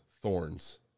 thorns